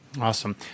Awesome